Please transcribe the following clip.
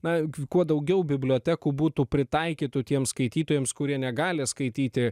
na kuo daugiau bibliotekų būtų pritaikytų tiem skaitytojams kurie negali skaityti